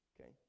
Okay